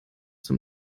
zum